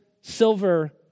silver